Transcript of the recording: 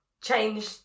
change